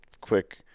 quick